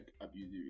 abusive